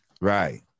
Right